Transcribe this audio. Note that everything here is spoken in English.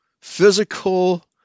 physical